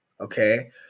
okay